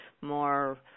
more